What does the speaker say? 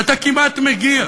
ואתה כמעט מגיע,